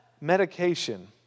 medication